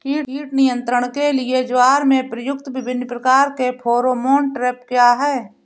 कीट नियंत्रण के लिए ज्वार में प्रयुक्त विभिन्न प्रकार के फेरोमोन ट्रैप क्या है?